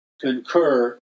concur